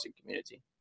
community